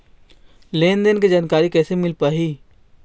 लेन देन के जानकारी कैसे मिल पाही?